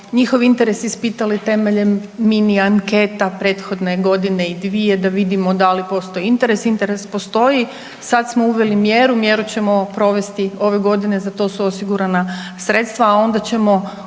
njihov interes ispitali temeljem mini anketa prethodne godine i dvije da vidimo da li postoji interes, interes postoji. Sad smo uveli mjeru, mjeru ćemo provesti ove godine, za to osigurana sredstva, a onda ćemo učinke